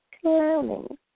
clowning